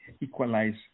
equalize